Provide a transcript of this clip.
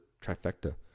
trifecta